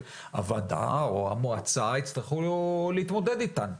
שהוועדה רואה מועצה והם יצטרכו להתמודד איתה.